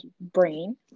brain